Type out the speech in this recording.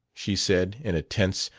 she said, in a tense,